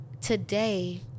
today